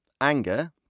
anger